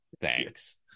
Thanks